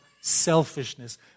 selfishness